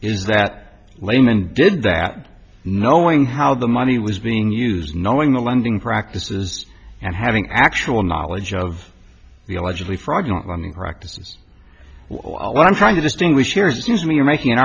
is that laymen did that knowing how the money was being used knowing the lending practices and having actual knowledge of the allegedly fraudulent lending practices when i'm trying to distinguish errors seems to me you're making an